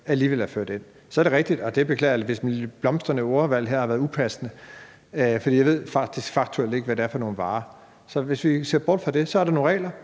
alligevel er ført ind. Så er det rigtigt – og jeg beklager, hvis mit blomstrende ordvalg har været upassende – at jeg faktisk ikke faktuelt ved, hvad det er for nogle varer. Hvis vi ser bort fra det, er der nogle regler,